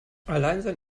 alleinsein